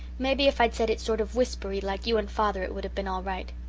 maybe if i'd said it sort of whispery like you and father it would have been all right.